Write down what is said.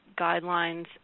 guidelines